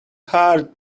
hard